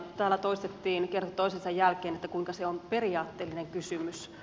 täällä toistettiin kerta toisensa jälkeen kuinka se on periaatteellinen kysymys